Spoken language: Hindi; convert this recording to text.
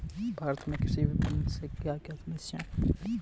भारत में कृषि विपणन से क्या क्या समस्या हैं?